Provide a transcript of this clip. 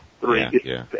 three